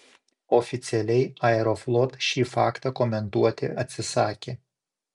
oficialiai aeroflot šį faktą komentuoti atsisakė